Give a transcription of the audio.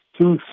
two